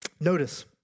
Notice